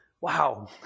Wow